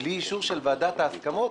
בלי אישור של ועדת ההסכמות,